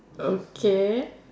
okay